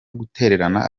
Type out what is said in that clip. gutererana